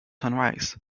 sunrise